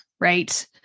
Right